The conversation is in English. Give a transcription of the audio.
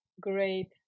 Great